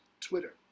Twitter